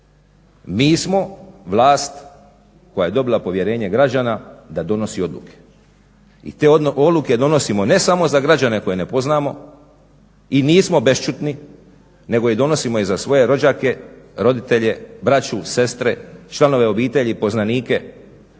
Mi smo vlast koja je dobila povjerenje građana da donosi odluke. I te odluke donosimo ne samo za građane koje ne poznamo i nismo bešćutni nego ih donosimo za svoje rođake, roditelje, braću, sestre, članove obitelji, poznanike,